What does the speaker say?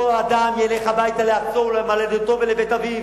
אותו אדם ילך הביתה, לארצו ולמולדתו ולבית אביו,